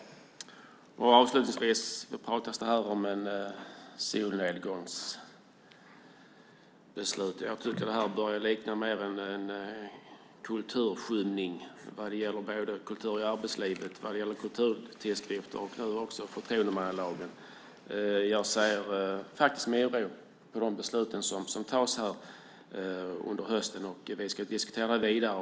Avslutningsvis: Det pratas här om ett solnedgångsbeslut. Jag tycker att det mer börjar likna en kulturskymning vad gäller kultur i arbetslivet, kulturtidskrifter och nu också förtroendemannalagen. Jag ser med oro på de beslut som tas här under hösten. Vi ska diskutera vidare.